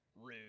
Rude